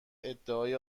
ادعای